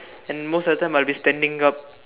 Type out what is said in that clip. and most of the time I will be standing up